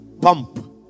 pump